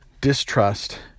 distrust